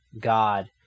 God